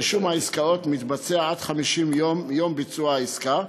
רישום העסקאות מתבצע עד 50 יום מיום ביצוע העסקה,